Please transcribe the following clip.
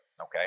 okay